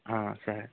సరే